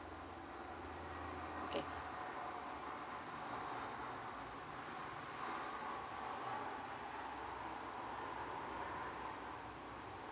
okay